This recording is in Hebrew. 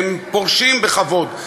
והם פורשים בכבוד.